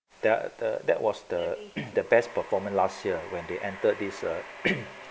than the that was the with the best performance last year when they entered this uh